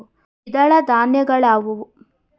ದ್ವಿದಳ ಧಾನ್ಯಗಳಾವುವು?